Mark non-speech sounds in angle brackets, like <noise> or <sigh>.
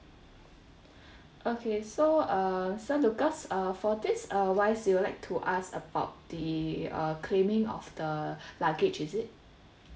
<breath> okay so uh so lucas uh for this uh wise you would like to ask about the uh claiming of the <breath> luggage is it